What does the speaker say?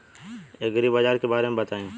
एग्रीबाजार के बारे में बताई?